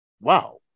wow